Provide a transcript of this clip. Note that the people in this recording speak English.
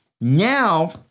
Now